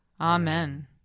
Amen